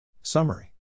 Summary